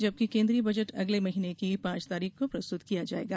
जबकि कोन्द्रीय बजट अगले महीने की पांच तारीख को प्रस्तुत किया जाएगा